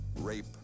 rape